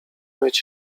mieć